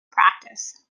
practice